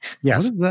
Yes